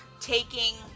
taking